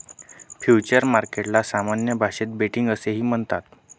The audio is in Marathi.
फ्युचर्स मार्केटला सामान्य भाषेत बेटिंग असेही म्हणतात